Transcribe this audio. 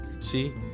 See